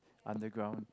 underground